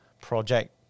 project